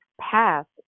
passed